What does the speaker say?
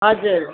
हजुर